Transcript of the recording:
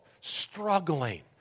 struggling